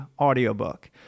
audiobook